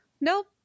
Nope